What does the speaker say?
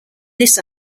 this